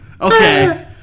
Okay